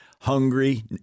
hungry